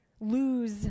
lose